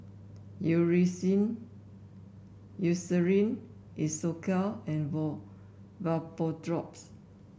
Eucerin Isocal and Vapodrops